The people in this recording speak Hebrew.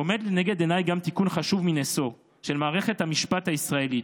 עומד לנגד עיניי גם תיקון חשוב ביותר של מערכת המשפט הישראלית,